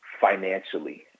financially